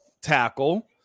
tackle